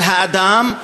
על האדם,